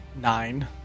Nine